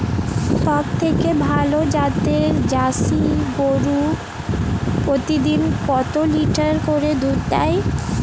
সবথেকে ভালো জাতের জার্সি গরু প্রতিদিন কয় লিটার করে দুধ দেয়?